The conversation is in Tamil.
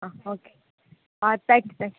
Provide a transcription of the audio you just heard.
ஆ ஓகே ஆ தேங்க் யூ தேங்க் யூ